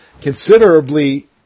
considerably